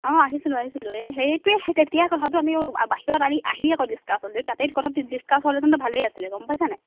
অঁ আহিছিলোঁ আহিছিলোঁ এই সেইটোৱে তেতিয়া কথাটো আমি বাহিৰত আহি আকৌ ডিছকাছ হ'ল যে তাতেই কথাটো ডিছকাছ হ'লহেঁতেন ভালেই আছিলে গম পাইছা নাই